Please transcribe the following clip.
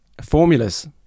formulas